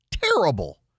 terrible